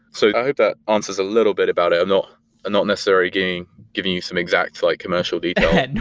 so i hope that answers a little bit about and not necessarily giving giving you some exact like commercial detail.